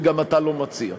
וגם אתה לא מציע.